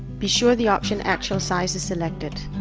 be sure the option actualsize is selected.